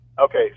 Okay